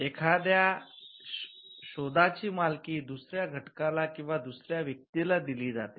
एखाद्या शोधाची मालकी दुसर्या घटकाला किंवा दुसर्या व्यक्तीला दिली जाते